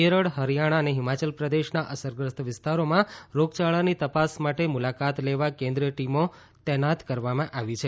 કેરળ હરિયાણા અને હિમાચલ પ્રદેશના અસગ્રસ્ત વિસ્તારોમાં રોગચાળાની તપાસ માટે મુલાકાત લેવા કેન્દ્રિય ટીમો તૈનાત કરવામાં આવી છે